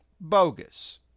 bogus